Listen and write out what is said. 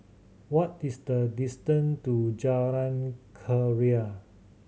what is the distant to Jalan Keria